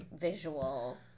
visual